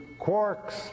quarks